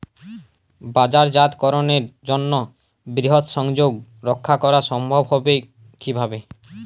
বাজারজাতকরণের জন্য বৃহৎ সংযোগ রক্ষা করা সম্ভব হবে কিভাবে?